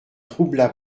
troubla